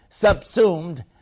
subsumed